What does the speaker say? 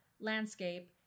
landscape